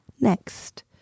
next